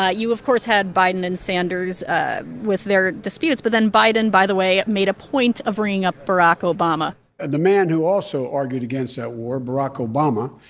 ah you, of course, had biden and sanders ah with their disputes, but then biden, by the way, made a point of bringing up barack obama the man who also argued against that war, barack obama,